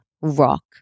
rock